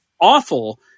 awful